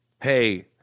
hey